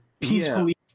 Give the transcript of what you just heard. Peacefully